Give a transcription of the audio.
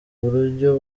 buryo